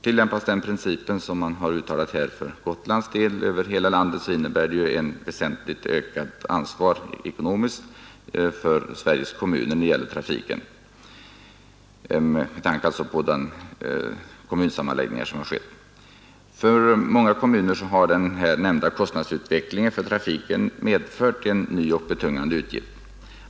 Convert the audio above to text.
Tillämpas den principen, som man har uttalat för Gotlands del, över hela landet så innebär det ett väsentligt ökat ansvar ekonomiskt för Sveriges kommuner när det gäller trafiken, med tanke på de kommuhsammanläggningar som har skett. För många kommuner har den här nämnda kostnadsutvecklingen för trafiken medfört en ny och betungande utgift.